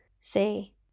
say